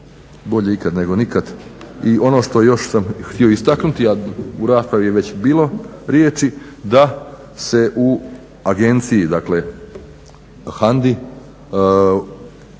bolje ikad nego nikad. I ono što još sam htio istaknuti, a u raspravi je već bilo riječi da se u agenciji, dakle HANDA-i